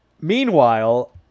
Meanwhile